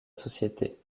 société